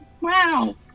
Wow